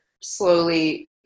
slowly